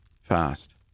Fast